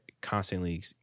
constantly